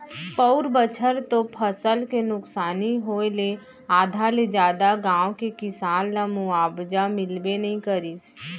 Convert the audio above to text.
पउर बछर तो फसल के नुकसानी होय ले आधा ले जादा गाँव के किसान ल मुवावजा मिलबे नइ करिस